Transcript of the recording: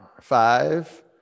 Five